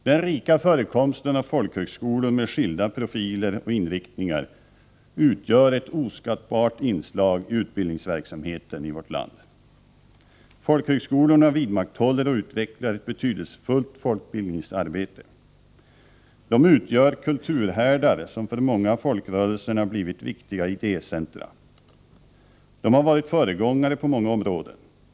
Den rika förekomsten av folkhögskolor med skilda profiler och inriktningar utgör ett oskattbart inslag i utbildningsverksamheten i vårt land. Folkhögskolorna vidmakthåller och utvecklar ett betydelsefullt folkbildningsarbete. De utgör kulturhärdar som för många av folkrörelserna blivit viktiga idécentra. De har varit föregångare på många områden.